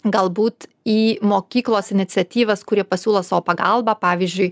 galbūt į mokyklos iniciatyvas kurie pasiūlo savo pagalbą pavyzdžiui